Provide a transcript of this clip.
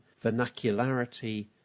vernacularity